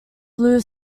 blue